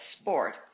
sport